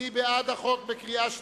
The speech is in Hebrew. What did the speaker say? מי בעד החוק בקריאה שלישית?